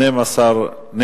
12,